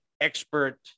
expert